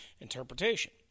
interpretation